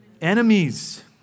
enemies